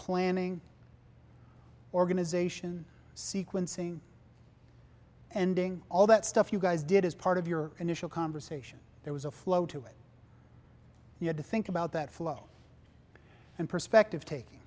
planning organization sequencing ending all that stuff you guys did as part of your initial conversation there was a flow to it you had to think about that flow and perspective taking